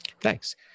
Thanks